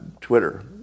Twitter